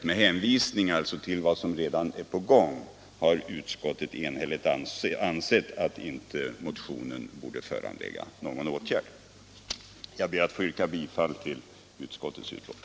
Med hänvisning alltså till vad som redan är på gång har utskottet enhälligt ansett att motionen inte bör föranleda någon åtgärd. Jag ber att få yrka bifall till utskottets hemställan.